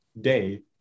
day